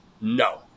No